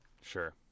sure